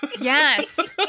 Yes